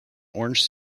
orange